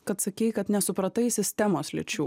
kad sakei kad nesupratai sistemos lyčių